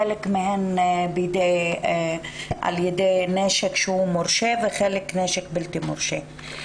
חלק מהן נורה על-ידי נשק מורשה וחלק על על-ידי נשק בלתי מורשה.